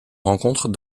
rencontre